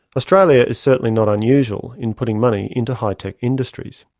australia is certainly not unusual in putting money into high-tech industries.